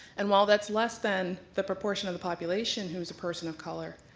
and while that's less than the proportion of the population who is a person of color,